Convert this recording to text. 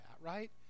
right